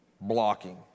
blocking